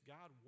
God